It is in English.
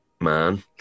man